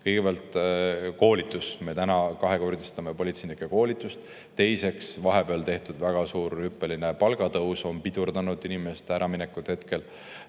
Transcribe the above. Kõigepealt koolitus: me kahekordistame politseinike koolitust. Teiseks, vahepeal tehtud väga suur, hüppeline palgatõus on pidurdanud inimeste äraminekut.